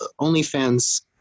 OnlyFans